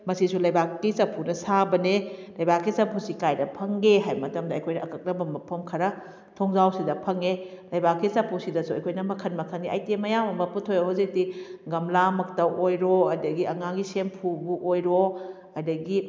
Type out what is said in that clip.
ꯃꯁꯤꯁꯨ ꯂꯩꯕꯥꯛꯀꯤ ꯆꯥꯐꯨꯅ ꯁꯥꯕꯅꯦ ꯂꯩꯕꯥꯛꯀꯤ ꯆꯐꯨꯁꯤ ꯀꯥꯏꯗ ꯐꯪꯒꯦ ꯍꯥꯏꯕ ꯃꯇꯝꯗ ꯑꯩꯈꯣꯏꯅ ꯑꯀꯛꯅꯕ ꯃꯐꯝ ꯈꯔ ꯊꯣꯡꯖꯥꯎꯁꯤꯗ ꯐꯪꯉꯦ ꯂꯩꯕꯥꯛꯀꯤ ꯆꯥꯐꯨꯁꯤꯗꯁꯨ ꯑꯩꯈꯣꯏꯅ ꯃꯈꯜ ꯃꯈꯜꯒꯤ ꯑꯥꯏꯇꯦꯝ ꯃꯌꯥꯝ ꯑꯃ ꯄꯨꯊꯣꯛꯑꯦ ꯍꯧꯖꯤꯛꯇꯤ ꯒꯝꯂꯥꯃꯛꯇ ꯑꯣꯏꯔꯣ ꯑꯗꯒꯤ ꯑꯉꯥꯡꯒꯤ ꯁꯦꯝꯐꯨꯕꯨ ꯑꯣꯏꯔꯣ ꯑꯗꯒꯤ